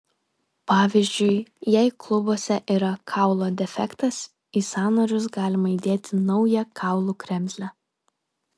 pavyzdžiui jei klubuose yra kaulo defektas į sąnarius galima įdėti naują kaulų kremzlę